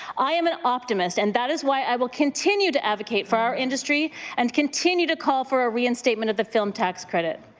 i am an optimist and that is why i will continue to advocate for our industry and continue to call for a reinstatement of the film tax credit.